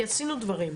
כי עשינו דברים,